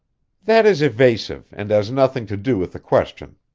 that is evasive, and has nothing to do with the question.